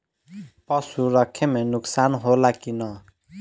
पशु रखे मे नुकसान होला कि न?